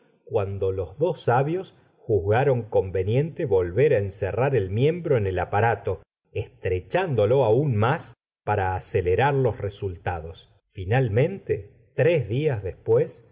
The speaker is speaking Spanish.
cuando los dos sabios juzgaron eonvenie nte volver á encerrar el miembro en el aparato estrechándolo aún mús para acelerar los resultados finalmente tres días después